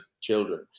children